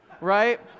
right